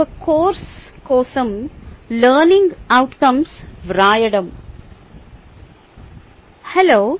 ఒక కోర్సు కోసం learning outcomes రాయడం హలో